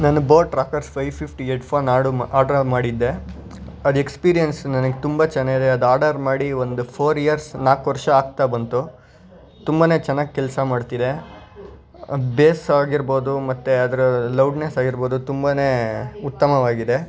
ನಾನು boAt Rockers five fifty headphone ಆರ್ಡ order ಮಾಡಿದ್ದೆ ಅದು ಎಕ್ಸ್ಪೀರಿಯೆನ್ಸ್ ನನಗೆ ತುಂಬ ಚೆನ್ನಾಗಿದೆ ಅದು ಆರ್ಡರ್ ಮಾಡಿ ಒಂದು ಫೋರ್ ಇಯರ್ಸ್ ನಾಲ್ಕು ವರ್ಷ ಆಗ್ತಾ ಬಂತು ತುಂಬನೇ ಚೆನ್ನಾಗಿ ಕೆಲಸ ಮಾಡ್ತಿದೆ ಅದು ಬೇಸಾಗಿರ್ಬೋದು ಮತ್ತು ಅದರ ಲೌಡ್ನೆಸ್ಸಾಗಿರ್ಬೋದು ತುಂಬನೇ ಉತ್ತಮವಾಗಿದೆ